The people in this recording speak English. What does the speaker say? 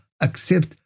accept